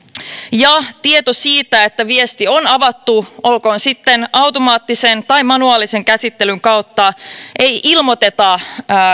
ja kun tietoa siitä että viesti on avattu olkoon se sitten automaattisen tai manuaalisen käsittelyn kautta ei ilmoiteta